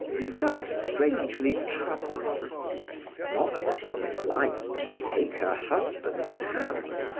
he felt strangely troubled not that he disliked to take her husband's hand,